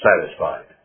satisfied